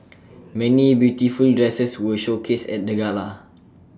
many beautiful dresses were showcased at the gala